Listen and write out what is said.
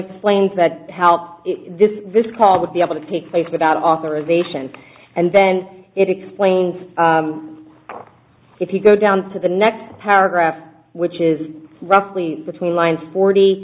explains that how this this call would be able to take place without authorization and then it explains if you go down to the next paragraph which is roughly between lines forty